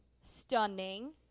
stunning